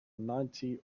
ninety